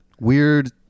weird